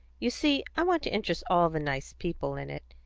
you see, i want to interest all the nice people in it,